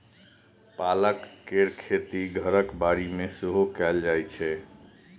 पालक केर खेती घरक बाड़ी मे सेहो कएल जाइ छै